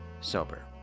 sober